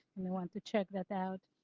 and you want to check that out.